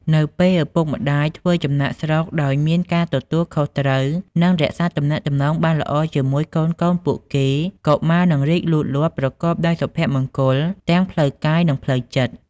នៅពេលឪពុកម្តាយធ្វើចំណាកស្រុកដោយមានការទទួលខុសត្រូវ និងរក្សាទំនាក់ទំនងបានល្អជាមួយកូនៗពួកគេ កុមារនឹងរីកលូតលាស់ប្រកបដោយសុភមង្គលទាំងផ្លូវកាយ និងផ្លូវចិត្ត។